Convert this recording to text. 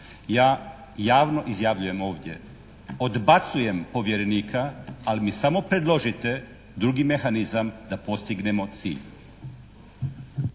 Ja javno izjavljujem ovdje, odbacujem povjerenika ali mi samo predložite drugi mehanizam da postignemo cilj.